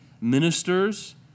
ministers